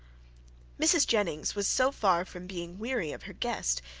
mrs. jennings was so far from being weary of her guests,